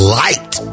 light